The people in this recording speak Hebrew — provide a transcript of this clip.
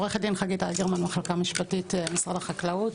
עו"ד חגית איגרמן, מחלקה משפטית, משרד החקלאות.